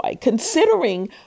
considering